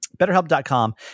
Betterhelp.com